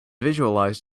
visualized